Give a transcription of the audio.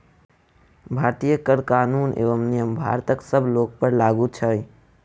भारतीय कर कानून एवं नियम भारतक सब लोकपर लागू छै